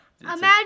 Imagine